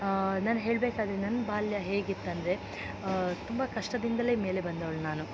ನಾನು ಹೇಳಬೇಕಾದ್ರೆ ನನ್ನ ಬಾಲ್ಯ ಹೇಗಿತ್ತಂದರೆ ತುಂಬ ಕಷ್ಟದಿಂದಲೇ ಮೇಲೆ ಬಂದವ್ಳು ನಾನು